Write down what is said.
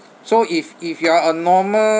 so if if you are a normal